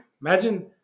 Imagine